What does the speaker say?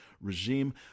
regime